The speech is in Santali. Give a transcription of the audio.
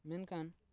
ᱢᱮᱱᱠᱷᱟᱱ